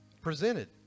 presented